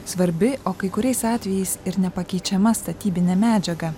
svarbi o kai kuriais atvejais ir nepakeičiama statybinė medžiaga